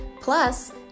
Plus